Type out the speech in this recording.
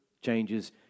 changes